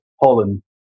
Holland